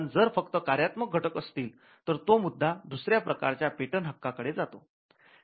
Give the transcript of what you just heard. कारण जर फक्त कार्यात्मक घटक असतील तर तो मुद्दा दुसऱ्या प्रकारच्या पेटंट हक्का कडे जातो